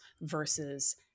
versus